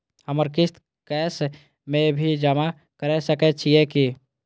हमर किस्त कैश में भी जमा कैर सकै छीयै की?